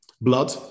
Blood